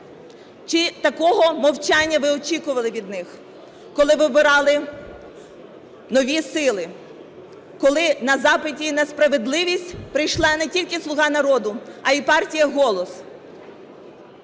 Чи такого мовчання ви очікували від них, коли вибирали нові сили? Коли на запиті на справедливість прийшла не тільки "Слуга народу", а й партія "Голос"?